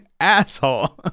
asshole